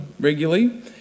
regularly